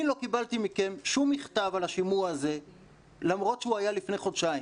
אני לא קיבלתי מכם שום מכתב על השימוע הזה למרות שהוא היה לפני חודשיים.